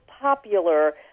popular